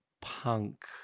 punk